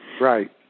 Right